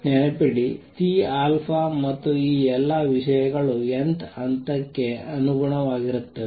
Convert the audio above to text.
ನೆನಪಿಡಿC ಮತ್ತು ಈ ಎಲ್ಲಾ ವಿಷಯಗಳು n th ಹಂತಕ್ಕೆ ಅನುಗುಣವಾಗಿರುತ್ತವೆ